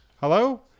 Hello